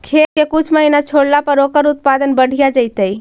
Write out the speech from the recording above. खेत के कुछ महिना छोड़ला पर ओकर उत्पादन बढ़िया जैतइ?